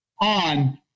on